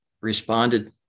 responded